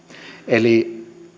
eli